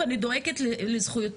ואני גם דואגת לזכויותיהם